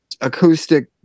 acoustic